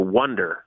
wonder